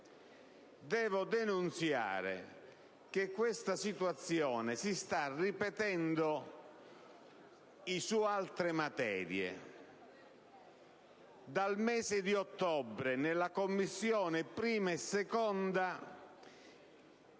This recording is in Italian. Devo denunziare che questa situazione si sta ripetendo su altre materie. Dal mese di ottobre, nelle Commissioni 1a e 2a